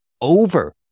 over